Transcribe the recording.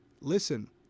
listen